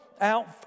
out